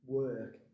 work